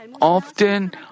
often